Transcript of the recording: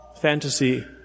Fantasy